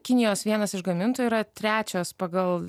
kinijos vienas iš gamintojų yra trečias pagal